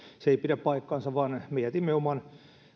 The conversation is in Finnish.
se ei pidä paikkaansa vaan me jätimme oman